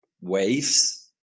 waves